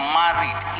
married